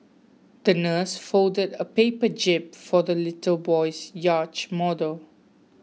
the nurse folded a paper jib for the little boy's yacht model